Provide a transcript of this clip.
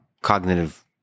cognitive